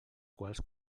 quals